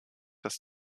dass